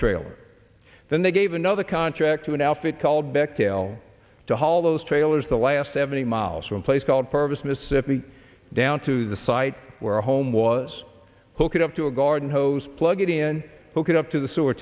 trailer then they gave another contract to an outfit called bechtel to haul those trailers the last seventy miles from a place called pervis mississippi down to the site where a home was hooked up to a garden hose plugged in hook it up to the sewer